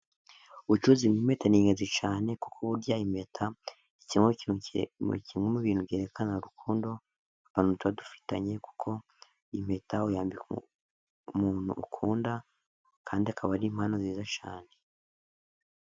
Ubucuruzi bw'impeta ni ingenzi cyane, kuko burya impeta ni kimwe mu ibintu byerekana urukundo, abantu tuba dufitanye, kuko impeta uyambika umuntu ukunda, kandi akaba ari impano nziza cyane.